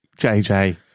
JJ